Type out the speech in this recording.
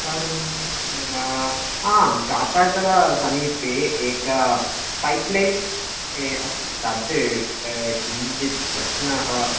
कारणं आं टाटा कडा समीपे एका पैप् लैन् अस्ति तद् किञ्चित् प्रश्नः